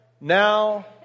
now